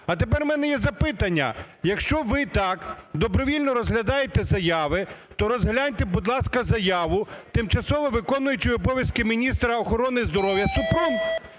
А тепер у мене є запитання. Якщо ви так добровільно розглядаєте заяви, то розгляньте, будь ласка, заяву тимчасово виконуючої обов'язки міністра охорони здоров'я Супрун.